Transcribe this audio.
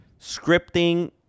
scripting